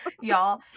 Y'all